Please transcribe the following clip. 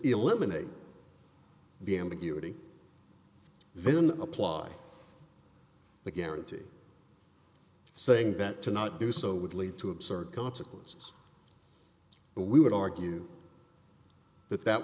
eliminate the ambiguity then apply the guarantee saying that to not do so would lead to absurd consequences we would argue that that